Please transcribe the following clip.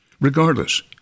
Regardless